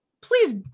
please